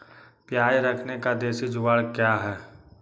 प्याज रखने का देसी जुगाड़ क्या है?